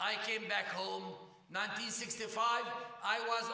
i came back home ninety sixty five i was